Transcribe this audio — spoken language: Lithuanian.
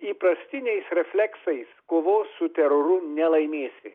įprastiniais refleksais kovos su teroru nelaimėsi